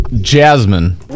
jasmine